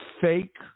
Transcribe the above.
fake